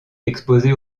exposé